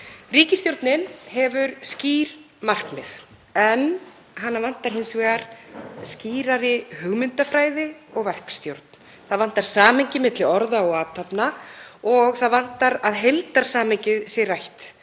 Ríkisstjórnin hefur skýr markmið en hana vantar hins vegar skýrari hugmyndafræði og verkstjórn. Það vantar samhengi milli orða og athafna og það vantar að heildarsamhengið sé rætt